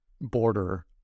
border